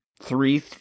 three